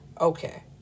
okay